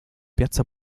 piazza